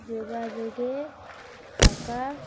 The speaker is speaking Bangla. যোগাযোগে থাকা